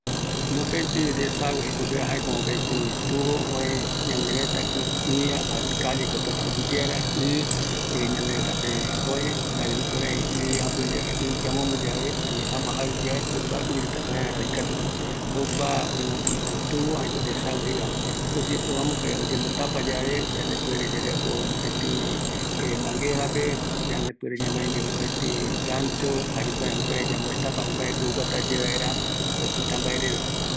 Kua tubo aipea vaera oyembotapa oï yave, jaeko aekata mopëtï manguera omondo vaera ɨ jokoropi, ïru jaeko ayapota tɨaï fierro pukuva, jokua pe amuätä vaera oïme yave mbae oyopia guinoï